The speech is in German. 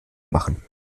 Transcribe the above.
machen